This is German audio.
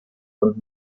und